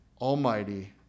Almighty